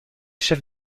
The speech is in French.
chef